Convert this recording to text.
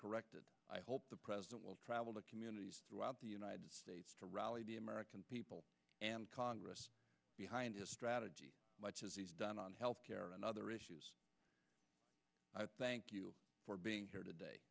corrected i hope the president will travel to communities throughout the united states to rally the american people and congress behind his strategy much as he's done on health care and other issues i thank you for being here today